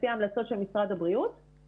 לפי ההמלצות של משרד הבריאות,